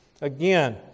again